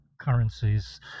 currencies